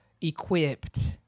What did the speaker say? equipped